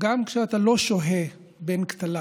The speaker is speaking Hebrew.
גם כשאתה לא שוהה בין כתליו.